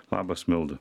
labas milda